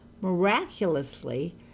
Miraculously